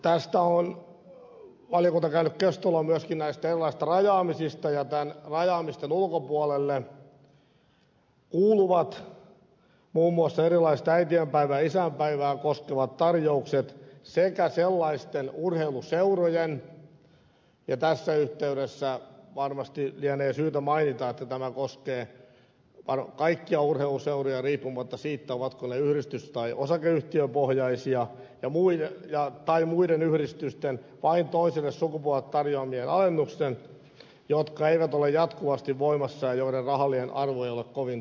tästä on valiokunta käynyt keskustelua myöskin näistä erilaisista rajaamisista ja näiden rajaamisten ulkopuolelle kuuluvat muun muassa erilaiset äitienpäivää ja isäinpäivää koskevat tarjoukset sekä urheiluseurojen tässä yhteydessä varmasti lienee syytä mainita että tämä koskee kaikkia urheiluseuroja riippumatta siitä ovatko ne yhdistys vai osakeyhtiöpohjaisia tai muiden yhdistysten vain toiselle sukupuolelle tarjoamat alennukset jotka eivät ole jatkuvasti voimassa ja joiden rahallinen arvo ei ole kovin tuntuva